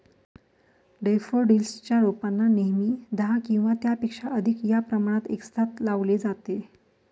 daffodils च्या रोपांना नेहमी दहा किंवा त्यापेक्षा अधिक या प्रमाणात एकसाथ लावले जाते